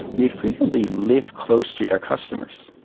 they frequently live close to their customers.